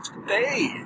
today